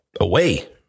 away